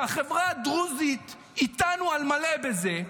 שהחברה הדרוזית איתנו על מלא בזה,